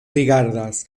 rigardas